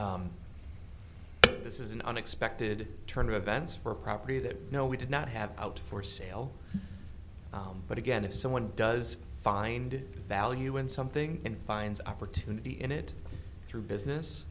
this is an unexpected turn of events for a property that no we did not have out for sale but again if someone does find value in something and finds opportunity in it through business